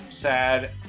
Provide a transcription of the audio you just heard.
Sad